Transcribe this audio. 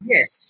Yes